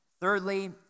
Thirdly